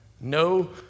No